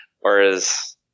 Whereas